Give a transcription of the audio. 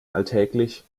alltäglich